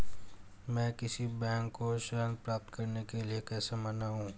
मैं किसी बैंक को ऋण प्राप्त करने के लिए कैसे मनाऊं?